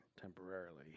temporarily